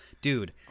dude